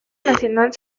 nacional